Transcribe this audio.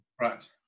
right